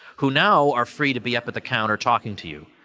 who now are free to be up at the counter talking to you,